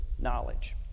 Knowledge